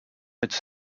its